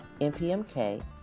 NPMK